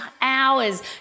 hours